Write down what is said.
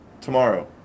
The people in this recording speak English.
Tomorrow